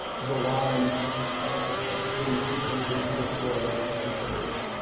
the lines ah between the two countries will slowly converge.